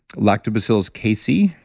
lactobacillus casei,